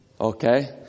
Okay